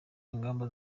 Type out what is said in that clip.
ingamba